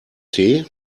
tee